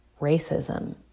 racism